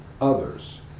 others